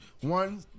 one